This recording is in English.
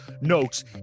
notes